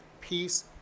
peace